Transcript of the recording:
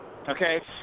Okay